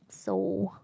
so